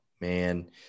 man